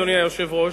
אדוני היושב-ראש,